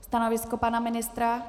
Stanovisko pana ministra?